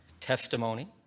testimony